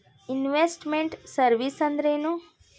Invest made services ಅಂದ್ರೇನು?